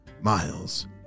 Miles